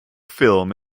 film